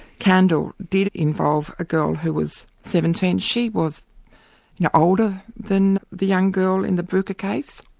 kandal did involve a girl who was seventeen. she was you know older than the young girl in the brouker case.